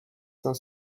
cinq